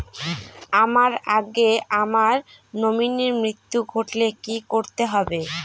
আমার আগে আমার নমিনীর মৃত্যু ঘটলে কি করতে হবে?